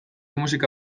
musika